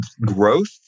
growth